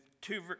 two